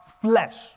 flesh